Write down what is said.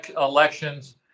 elections